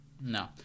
No